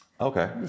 Okay